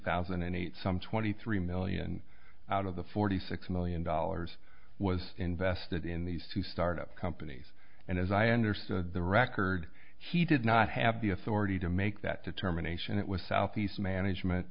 thousand and eight some twenty three million out of the forty six million dollars was invested in these two startup companies and as i understood the record he did not have the authority to make that determination it was se management